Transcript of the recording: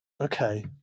okay